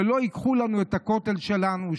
שלא ייקחו לנו את הכותל שלנו.